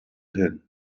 hin